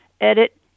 edit